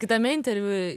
kitame interviu